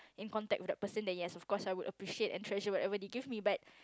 in contact with that person then yes of course I will appreciate and treasure whatever they give me but